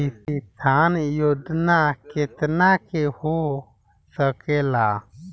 किसान योजना कितना के हो सकेला?